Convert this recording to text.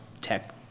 tech